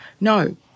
No